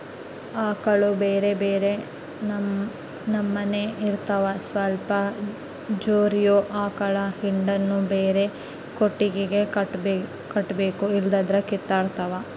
ಆಕಳುಗ ಬ್ಯೆರೆ ಬ್ಯೆರೆ ನಮನೆ ಇರ್ತವ ಸ್ವಲ್ಪ ಜೋರಿರೊ ಆಕಳ ಹಿಂಡನ್ನು ಬ್ಯಾರೆ ಕೊಟ್ಟಿಗೆಗ ಕಟ್ಟಬೇಕು ಇಲ್ಲಂದ್ರ ಕಿತ್ತಾಡ್ತಾವ